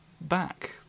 back